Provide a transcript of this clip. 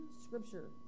scripture